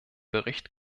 bericht